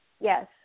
yes